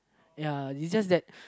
ya it's just that